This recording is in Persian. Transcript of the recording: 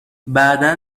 بعدا